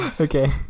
okay